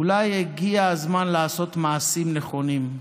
אולי הגיע הזמן לעשות מעשים נכונים.